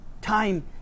time